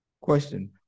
Question